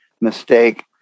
mistake